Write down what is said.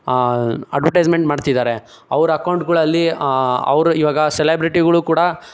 advertisement ಮಾಡ್ತಿದ್ದಾರೆ ಅವ್ರ ಅಕೌಂಟ್ಗಳಲ್ಲಿ ಅವ್ರು ಇವಾಗ ಸೆಲೆಬ್ರಿಟಿಗಳು ಕೂಡ